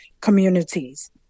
communities